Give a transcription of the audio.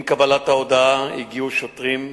עם קבלת ההודעה, הגיעו שוטרים,